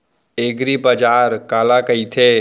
एगरीबाजार काला कहिथे?